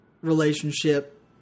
relationship